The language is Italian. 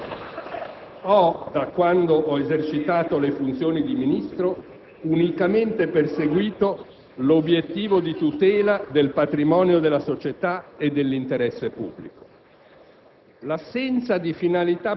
Ho, da quando esercito le funzioni di Ministro, unicamente perseguito l'obiettivo di tutela del patrimonio della società e dell'interesse pubblico.